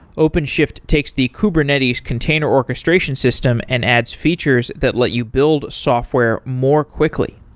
openshift takes the kubernetes container orchestration system and adds features that let you build software more quickly.